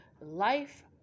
life